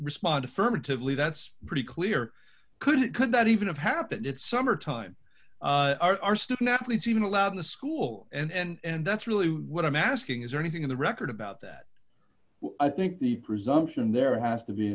respond affirmatively that's pretty clear could it could that even have happened it's summertime our student athletes even allowed in the school and that's really what i'm asking is there anything in the record about that i think the presumption there has to be